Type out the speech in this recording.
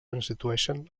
constitueixen